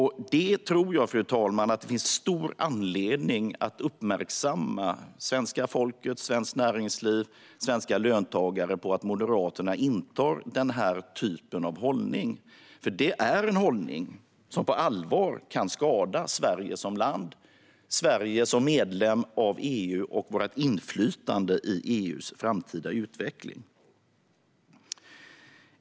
Jag tror, fru talman, att det finns stor anledning att uppmärksamma svenska folket, svenskt näringsliv och svenska löntagare på att Moderaterna intar denna hållning, för det är en hållning som på allvar kan skada Sverige som land och medlem av EU och vårt inflytande i EU:s framtida utveckling.